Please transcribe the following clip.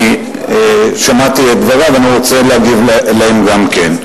כי שמעתי את דבריה ואני רוצה להגיב עליהם גם כן.